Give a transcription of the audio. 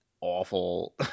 awful